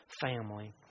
family